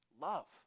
love